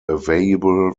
available